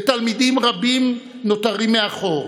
ותלמידים רבים נותרים מאחור.